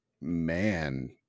man